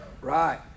right